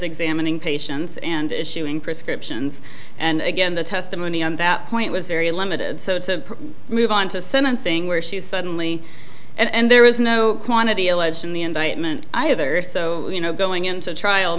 examining patients and issuing prescriptions and again the testimony on that point was very limited so to move on to sentencing where she suddenly and there is no quantity alleged in the indictment either so you know going into trial